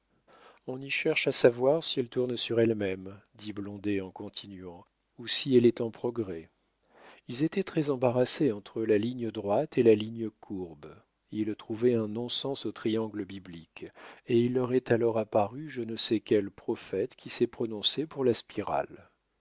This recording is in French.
on y cherche à savoir si elle tourne sur elle-même dit blondet en continuant ou si elle est en progrès ils étaient très embarrassés entre la ligne droite et la ligne courbe ils trouvaient un non-sens au triangle biblique et il leur est alors apparu je ne sais quel prophète qui s'est prononcé pour la spirale